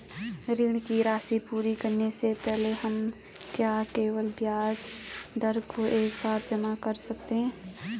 ऋण की राशि पूरी करने से पहले हम क्या केवल ब्याज दर को एक साथ जमा कर सकते हैं?